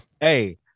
Hey